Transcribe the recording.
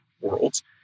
worlds